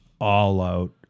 all-out